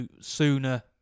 sooner